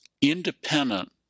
independent